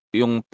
yung